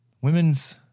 Women's –